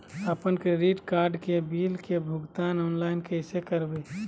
अपन credit card के bill के भुगतान ऑनलाइन कैसे करबैय?